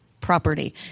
property